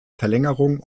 verlängerung